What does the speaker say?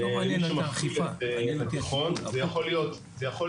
מי שמפעיל את התיכון זה יכול להיות